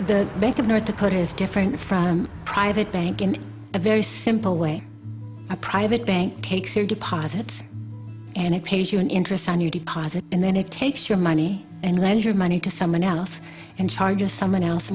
the bank of north dakota is different from private bank in a very simple way a private bank takes your deposits and it pays you an interest on your deposit and then it takes your money and leasure money to someone else and charges someone else